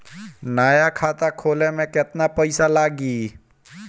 नया खाता खोले मे केतना पईसा लागि?